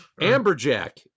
amberjack